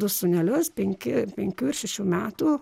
du sūnelius penki penkių ir šešių metų